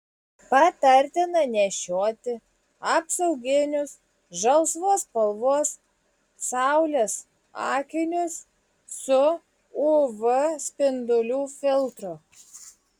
patartina nešioti apsauginius žalsvos spalvos saulės akinius su uv spindulių filtru